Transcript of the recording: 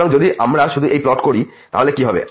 সুতরাং যদি আমরা শুধু এই প্লট করি তাহলে কি হবে